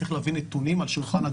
צריך להביא נתונים על שולחן הדיונים.